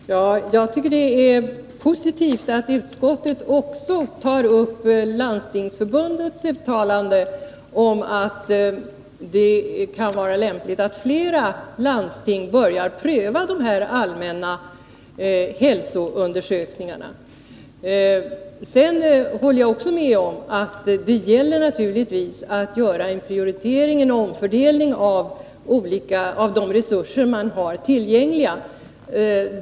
Herr talman! Jag tycker att det är positivt att utskottet också tar upp Landstingsförbundets uttalande om att det kan vara lämpligt att flera landsting börjar pröva de här allmänna hälsoundersökningarna. Sedan håller jag också med om att det naturligtvis gäller att göra en omfördelning av de resurser man har tillgängliga.